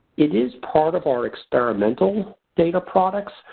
it is part of our experimental data products,